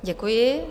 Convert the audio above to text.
Děkuji.